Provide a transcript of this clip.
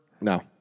No